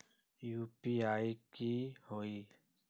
UPI की होई?